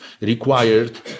required